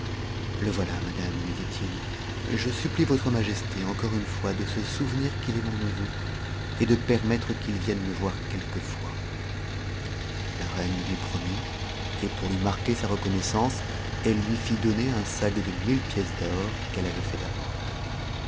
le voilà madame lui dit-il je supplie votre majesté encore une fois de se souvenir qu'il est mon neveu et de permettre qu'il vienne me voir quelquefois la reine le lui promit et pour lui marquer sa reconnaissance elle lui fit donner un sac de mille pièces d'or qu'elle avait fait apporter